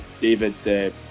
David